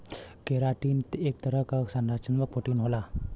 keratin एक तरह क संरचनात्मक प्रोटीन होला